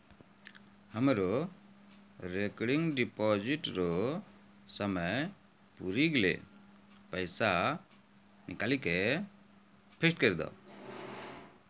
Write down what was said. हमरो recurring deposit रो समय पुरी गेलै पैसा निकालि के फिक्स्ड करी दहो